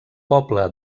poble